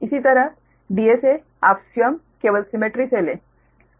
इसी तरह Dsa आप स्वयं केवल सिमेट्री से लें